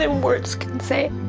and words can say.